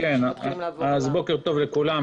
לפני שמתחילים לעבור על --- בוקר טוב לכולם.